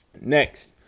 Next